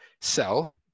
sell